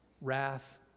wrath